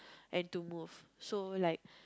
and to move so like